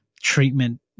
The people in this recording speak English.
treatment